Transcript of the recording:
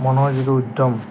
মনৰ যিটো উদ্যম